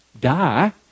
die